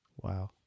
Wow